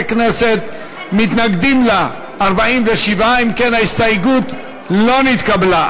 נגד, 47. ההסתייגות לא התקבלה.